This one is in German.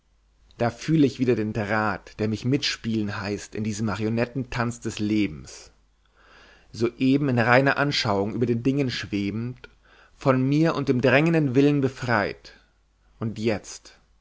da fühle ich wieder den draht der mich mitspielen heißt in diesem marionettentanz des lebens soeben in reiner anschauung über den dingen schwebend von mir und dem drängenden willen befreit und jetzt